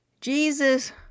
Jesus